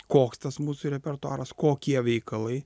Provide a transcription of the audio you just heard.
koks tas mūsų repertuaras kokie veikalai